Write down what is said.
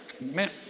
Man